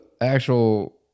actual –